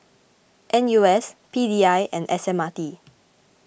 N U S P D I and S M R T